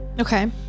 Okay